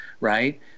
right